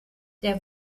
der